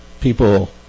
people